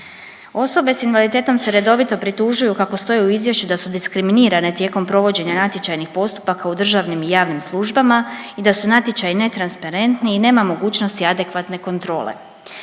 Osobe s invaliditetom se redovito pritužuju kako stoji u izvješću da su diskriminirane tijekom provođenja natječajnih postupaka u državnim i javnim službama i da su natječaji netransparentni i nema mogućnosti adekvatne kontrole.